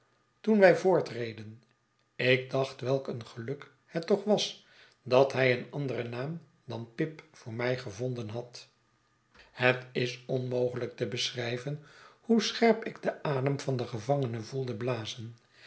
toen wij voortreden ik dacht welk een geluk het toch was dat hij een anderen naam dan pip voor mij gevonden had het is onmogelijk te beschrijven hoe scherp ik den adem van den gevangene voelde blazen